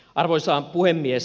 arvoisa puhemies